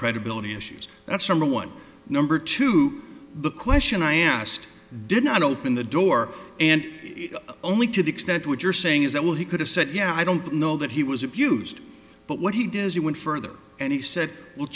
credibility issues that's number one number two the question i asked did not open the door and only to the extent which you're saying is that while he could have said yeah i don't know that he was abused but what he did is he went further and he said well